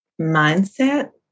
mindset